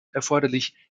erforderlich